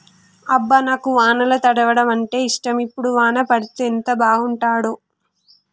అబ్బ నాకు వానల తడవడం అంటేఇష్టం ఇప్పుడు వాన పడితే ఎంత బాగుంటాడో